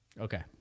Okay